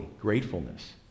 gratefulness